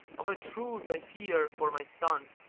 of a truth i fear for my son,